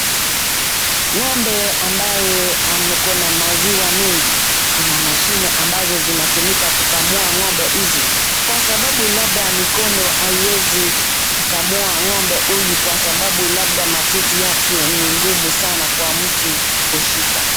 Ng'ombe ambaye akona maziwa mingi. Kuna mashini ambazo zinatumika kukamua ng'ombe hizi kwa sababu labda mikono haiwezi kukamua ng'ombe huyu kwa sababu labda matiti yake ni gumu sana kwa mtu kushika.